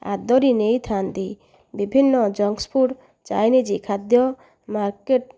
ଆଦରି ନେଇଥାନ୍ତି ବିଭିନ୍ନ ଯଂକ୍ସ ଫୁଡ଼ ଚାଇନିଜ୍ ଖାଦ୍ୟ ମାର୍କେଟ